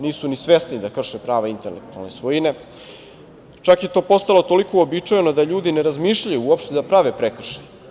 Nisu ni svesni da krše prava intelektualne svojine, čak je to postalo toliko uobičajeno da ljudi ne razmišljaju, uopšte da prave prekršaj.